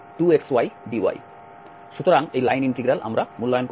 সুতরাং এই line integral আমরা মূল্যায়ন করব